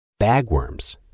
Bagworms